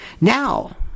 Now